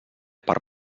per